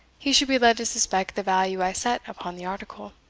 he should be led to suspect the value i set upon the article